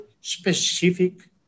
specific